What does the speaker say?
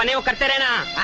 and will consider and